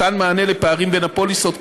מתן מענה לפערים בין הפוליסות,